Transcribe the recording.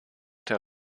der